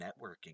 networking